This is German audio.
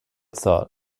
zahl